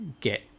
get